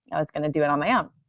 i was going to do it on my own.